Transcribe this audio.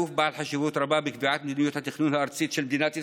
גוף בעל חשיבות רבה בקביעת מדיניות התכנון הארצית של מדינת ישראל,